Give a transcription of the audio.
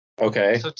okay